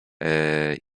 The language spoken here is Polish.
eee